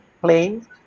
plain